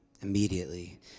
immediately